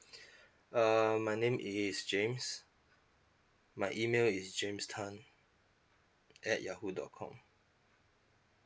uh my name is james my email is james tan at yahoo dot com